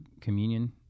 communion